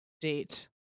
date